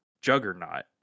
juggernaut